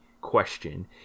question